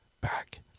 back